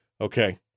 Okay